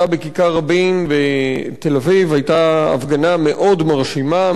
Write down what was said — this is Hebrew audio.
ההפגנה בכיכר-רבין בתל-אביב היתה הפגנה מאוד מרשימה,